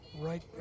right